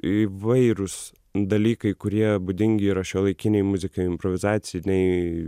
įvairūs dalykai kurie būdingi yra šiuolaikinei muzikai improvizaciniai